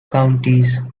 counties